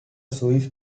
swiss